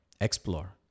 explore